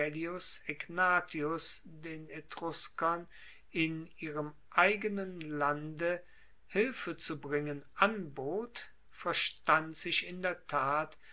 in ihrem eigenen lande hilfe zu bringen anbot verstand sich in der tat